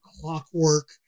clockwork